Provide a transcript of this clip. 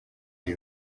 iri